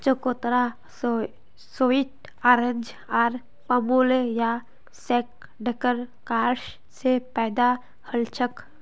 चकोतरा sweet orange आर pomelo या शैडॉकेर क्रॉस स पैदा हलछेक